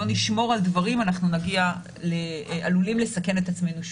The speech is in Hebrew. נשמור על דברים אנחנו עלולים לסכן את עצמנו שוב.